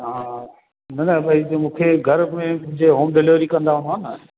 हा हा न न भाई जे मूंखे घर में जे होम डिलिवरी कंदा हूंदा न